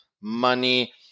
money